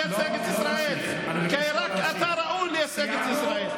רק אותך היה צריך לשלוח לייצג את ישראל כי רק אתה ראוי לייצג את ישראל.